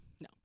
No